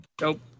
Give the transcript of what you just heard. Nope